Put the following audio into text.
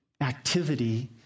activity